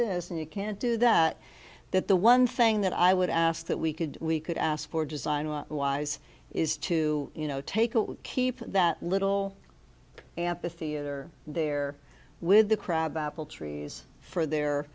this and you can't do that that the one thing that i would ask that we could we could ask for design wise is to you know take a keep that little ampitheater there with the crab apple trees for their